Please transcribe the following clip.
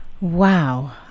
Wow